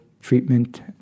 treatment